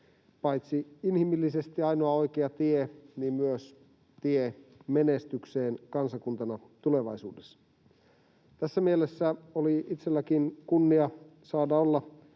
paitsi inhimillisesti ainoa oikea tie niin myös tie menestykseen kansakuntana tulevaisuudessa. Tässä mielessä oli itselläkin kunnia saada olla